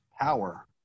power